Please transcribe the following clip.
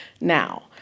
now